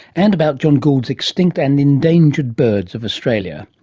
and about john gould's extinct and endangered birds of australia.